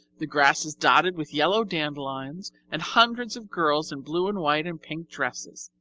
the grass is dotted with yellow dandelions and hundreds of girls in blue and white and pink dresses.